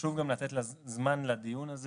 צריך לתת גם זמן לדיון הזה.